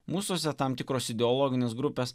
mūsuose tam tikros ideologinės grupės